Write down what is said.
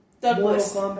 Douglas